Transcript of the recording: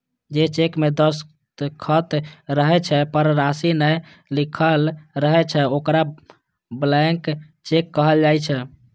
जे चेक मे दस्तखत रहै छै, पर राशि नै लिखल रहै छै, ओकरा ब्लैंक चेक कहल जाइ छै